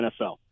NFL